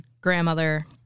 grandmother